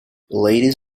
ladies